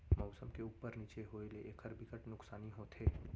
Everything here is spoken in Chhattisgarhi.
मउसम के उप्पर नीचे होए ले एखर बिकट नुकसानी होथे